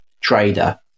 Trader